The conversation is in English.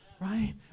right